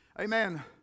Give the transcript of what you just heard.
amen